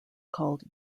called